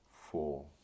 four